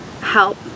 help